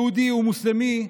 יהודי או מוסלמי,